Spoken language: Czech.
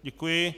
Děkuji.